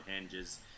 hinges